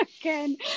again